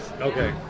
Okay